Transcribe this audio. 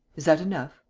is that enough?